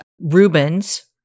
Rubens